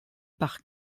par